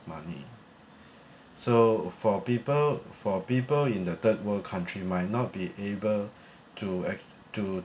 money so for people for people in the third world country might not be able to act~ to